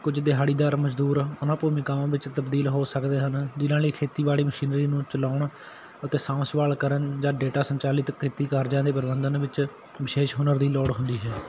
ਕੁਝ ਦਿਹਾੜੀਦਾਰ ਮਜ਼ਦੂਰ ਉਹਨਾਂ ਭੂਮਿਕਾਵਾਂ ਵਿੱਚ ਤਬਦੀਲ ਹੋ ਸਕਦੇ ਹਨ ਜਿਨ੍ਹਾਂ ਲਈ ਖੇਤੀਬਾੜੀ ਮਸ਼ੀਨਰੀ ਨੂੰ ਚਲਾਉਣ ਅਤੇ ਸਾਂਭ ਸੰਭਾਲ ਕਰਨ ਜਾਂ ਡੇਟਾ ਸੰਚਾਲਿਤ ਖੇਤੀ ਕਾਰਜਾਂ ਦੇ ਪ੍ਰਬੰਧਨ ਵਿੱਚ ਵਿਸ਼ੇਸ਼ ਹੁਨਰ ਦੀ ਲੋੜ ਹੁੰਦੀ ਹੈ